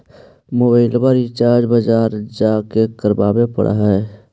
मोबाइलवा रिचार्ज बजार जा के करावे पर है?